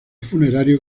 funerario